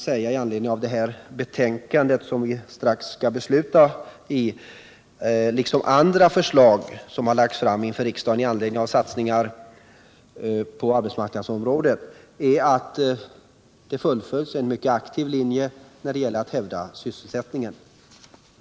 Om förslagen i detta betänkande liksom om andra förslag till riksdagen beträffande satsningar på arbetsmarknadsområdet kan man sammanfattningsvis säga att en mycket aktiv linje fullföljs för att hävda sysselsättningen.